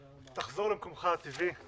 תחזור למקומך הטבעי.